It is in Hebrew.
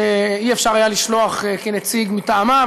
שלא היה אפשר לשלוח כנציג מטעמה.